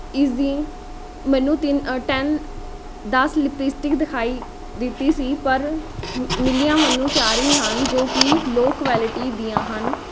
ਇਸਦੀ ਮੈਨੂੰ ਤਿੰਨ ਟੈਨ ਦਸ ਲਿਪਸਟਿਕ ਦਿਖਾਈ ਦਿੱਤੀ ਸੀ ਪਰ ਮਿਲੀਆਂ ਮੈਨੂੰ ਚਾਰ ਹੀ ਹਨ ਜੋ ਕਿ ਲੋ ਕੋਐਲਿਟੀ ਦੀਆਂ ਹਨ